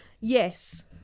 yes